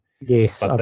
Yes